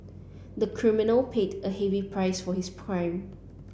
the criminal paid a heavy price for his crime